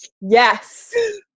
Yes